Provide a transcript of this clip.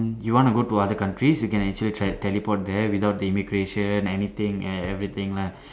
you want to go to other countries you can actually tra~ teleport there without the immigration anything and everything lah